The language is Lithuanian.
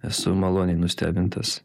esu maloniai nustebintas